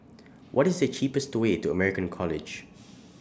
What IS The cheapest Way to American College